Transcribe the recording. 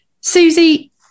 Susie